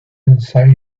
inside